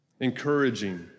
encouraging